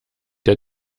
der